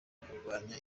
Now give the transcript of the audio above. kugwanya